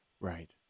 Right